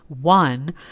one